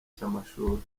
cy’amashuri